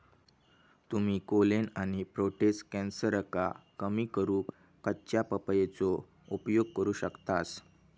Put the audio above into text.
तुम्ही कोलेन आणि प्रोटेस्ट कॅन्सरका कमी करूक कच्च्या पपयेचो उपयोग करू शकतास